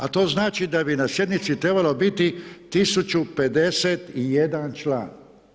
A to znači da bi na sjednici trebalo biti 1051 član.